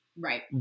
right